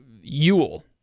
Yule